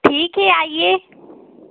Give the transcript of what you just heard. ठीक है आइए